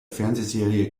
fernsehserie